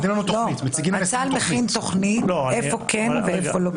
השר מכין תוכנית איפה כן ואיפה לא.